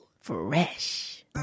fresh